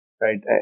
right